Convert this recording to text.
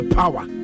power